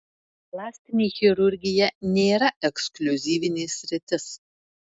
plastinė chirurgija nėra ekskliuzyvinė sritis